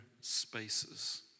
spaces